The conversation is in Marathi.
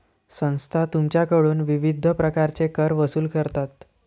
संस्था तुमच्याकडून विविध प्रकारचे कर वसूल करतात